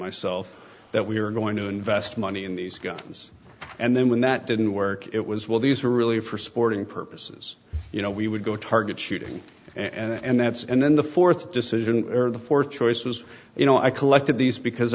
myself that we were going to invest money in these guns and then when that didn't work it was well these are really for sporting purposes you know we would go target shooting and that's and then the fourth decision or the fourth choice was you know i collected these because